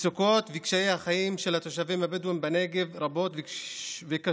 המצוקות וקשיי החיים של התושבים הבדואים בנגב רבים וקשים